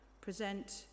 present